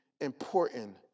important